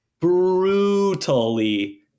brutally